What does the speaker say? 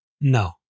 No